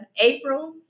April